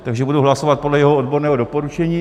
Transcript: Takže budu hlasovat podle jeho odborného doporučení.